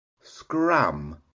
scram